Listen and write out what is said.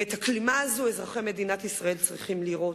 ואת הכלימה הזאת אזרחי מדינת ישראל צריכים לראות.